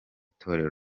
torero